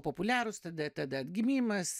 populiarūs tada tada atgimimas